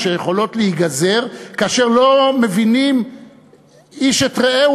אשר יכולות להיגזר כאשר לא מבינים איש את רעהו